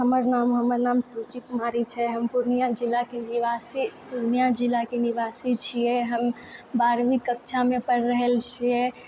हमर नाम हमर नाम सुरुचि कुमारी छै हम पूर्णिया जिलाके निवासी पूर्णिया जिलाके निवासी छियै हम बारहवीं कक्षामे पढ़ि रहल छियै